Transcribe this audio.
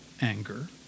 anger